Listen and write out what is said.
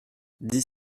dix